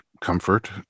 comfort